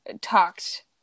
talked